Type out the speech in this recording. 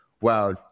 Wow